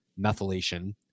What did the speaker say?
methylation